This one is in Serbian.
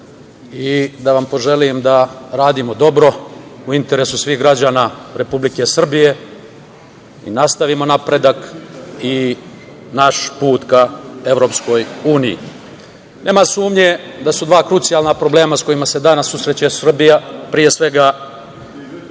i da vam poželim da radimo dobro u interesu svih građana Republike Srbije i nastavimo napredak i naš put ka EU.Nema sumnje da su dva krucijalna problema sa kojima se danas susreće Srbija, pre svega,